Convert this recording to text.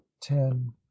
ten